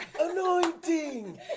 Anointing